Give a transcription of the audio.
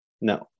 No